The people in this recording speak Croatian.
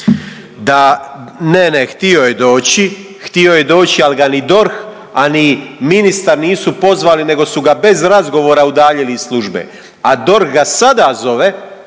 Da, ne, ne, htio je doći, htio je doći ali ga ni DORH, a ni ministar pozvali nego su ga bez razgovora udaljili iz službe. A DORH ga sada zove,